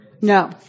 No